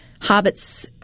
hobbits